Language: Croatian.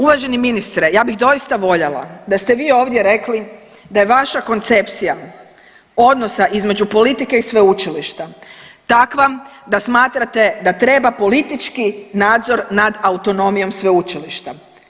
Uvaženi ministre, ja bih doista voljela da ste vi ovdje rekli da je vaša koncepcija odnosa između politike i sveučilišta takva da smatrate da treba politički nadzor nad autonomijom sveučilišta.